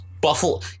Buffalo